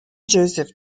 joseph